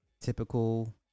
Typical